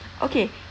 okay